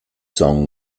song